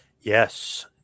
Yes